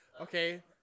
Okay